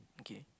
okay